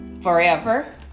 forever